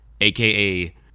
aka